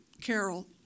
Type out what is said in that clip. Carol